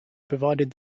provided